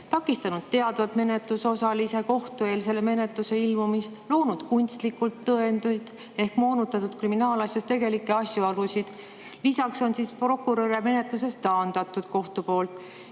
takistanud teadvalt menetlusosalise kohtueelsele menetlusele ilmumist ja loonud kunstlikult tõendeid ehk moonutanud kriminaalasjas tegelikke asjaolusid. Lisaks on kohus prokuröre menetlusest taandanud põhjusel,